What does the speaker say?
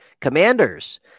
Commanders